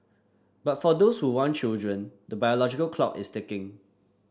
but for those who want children the biological clock is ticking